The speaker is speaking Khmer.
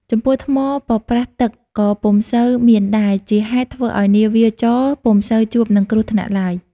ចំពោះថ្មប៉ប្រះទឹកក៏ពុំសូវមានដែរ ជាហេតុធ្វើឱ្យនាវាចរណ៍ពុំសូវជួបនឹងគ្រោះថ្នាក់ឡើយ។